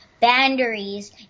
boundaries